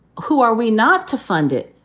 who are we not to fund it